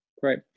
Great